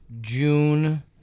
June